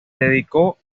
dedicó